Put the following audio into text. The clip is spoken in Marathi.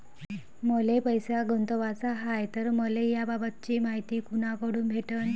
मले पैसा गुंतवाचा हाय तर मले याबाबतीची मायती कुनाकडून भेटन?